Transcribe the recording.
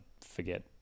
forget